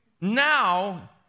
Now